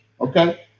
okay